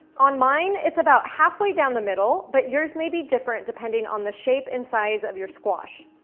on mine it's about halfway down the middle but yours may be different depending on the shape and size of your squash.